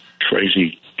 crazy